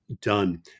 done